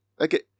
Okay